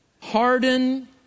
harden